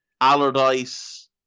Allardyce